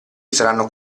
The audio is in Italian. saranno